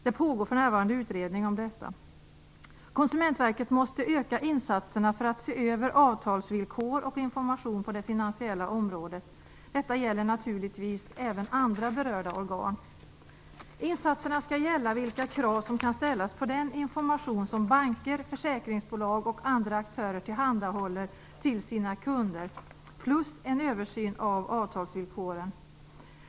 Det pågår för närvarande en utredning om detta. Konsumentverket måste öka insatserna för att se över avtalsvillkor och information på det finansiella området. Detta gäller naturligtvis även andra berörda organ. Insatserna skall gälla vilka krav som kan ställas på den information som banker, försäkringsbolag och andra aktörer tillhandahåller till sina kunder plus en översyn av avtalsvillkoren.